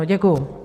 Děkuju.